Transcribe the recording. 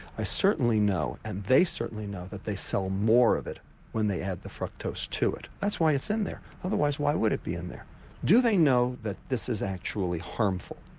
i certainly know, and they certainly know that they sell more of it when they add the fructose to it. that's why it's in there, otherwise why would it be in there? do they know that this is actually harmful?